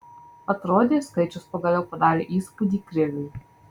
atrodė skaičius pagaliau padarė įspūdį kriviui